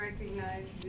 Recognize